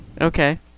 Okay